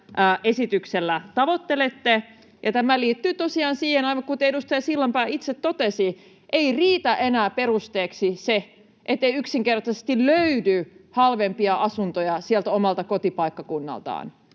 esityksellä tavoittelette. Tämä liittyy tosiaan siihen, aivan kuten edustaja Sillanpää itse totesi, ettei riitä enää perusteeksi se, ettei yksinkertaisesti löydy halvempia asuntoja sieltä omalta kotipaikkakunnalta.